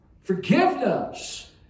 Forgiveness